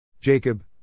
Jacob